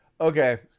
Okay